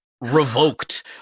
revoked